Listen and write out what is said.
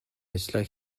ажлаа